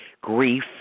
grief